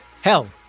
Hell